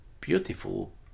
beautiful